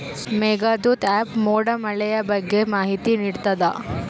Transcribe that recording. Meghdoot app ಮೋಡ ಮಳೆಯ ಬಗ್ಗೆ ಮಾಹಿತಿ ನಿಡ್ತಾತ